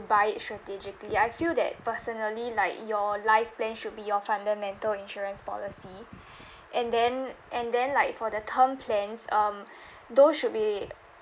buy it strategically I feel that personally like your life plan should be your fundamental insurance policy and then and then like for the term plans um those should be